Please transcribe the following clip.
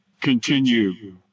continue